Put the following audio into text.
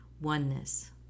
Oneness